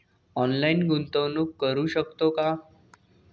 Online गुंतवणूक करू शकतो का?